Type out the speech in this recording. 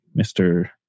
Mr